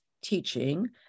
teaching